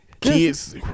Kids